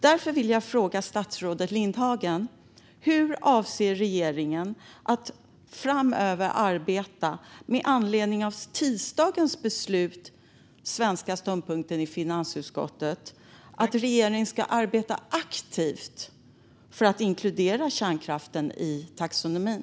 Därför vill jag ställa följande fråga till statsrådet Lindhagen: Hur avser regeringen att framöver arbeta med anledning av den svenska ståndpunkten i finansutskottet i tisdags, att regeringen ska arbeta aktivt för att inkludera kärnkraften i taxonomin?